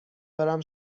دارم